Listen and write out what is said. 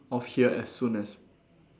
of here as soon as